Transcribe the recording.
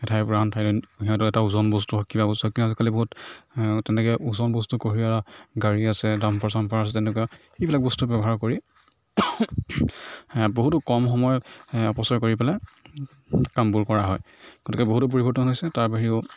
এঠাইৰ পৰা আন ঠাইলৈ সিহঁতৰ এটা ওজন বস্তু কিবা বস্তু কিন্তু আজিকালি বহুত তেনেকে ওজন বস্তু কঢ়িওৱা গাড়ী আছে ডাম্পাৰ চাম্পাৰ আছে তেনেকুৱা সেইবিলাক বস্তু ব্যৱহাৰ কৰি বহুতো কম সময় অপচয় কৰি পেলাই কামবোৰ কৰা হয় গতিকে বহুতো পৰিৱৰ্তন হৈছে তাৰ বাহিৰেও